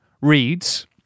reads